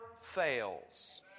fails